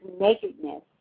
nakedness